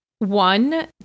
One